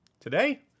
Today